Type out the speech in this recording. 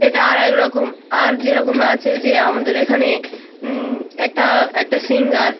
এটা আর এক রকম আর যেরকম আছে যে আমাদের এখানে একটা একটা সিঙ্গার